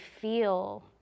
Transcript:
feel